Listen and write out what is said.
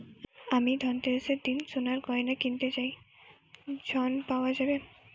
আমি ধনতেরাসের দিন সোনার গয়না কিনতে চাই ঝণ পাওয়া যাবে?